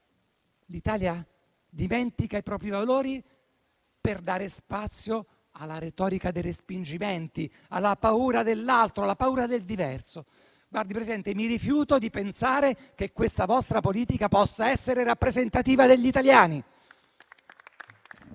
L'Italia dimentica i propri valori per dare spazio alla retorica dei respingimenti, alla paura dell'altro, alla paura del diverso. Presidente, mi rifiuto di pensare che questa vostra politica possa essere rappresentativa degli italiani.